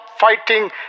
fighting